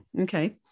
Okay